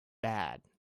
bad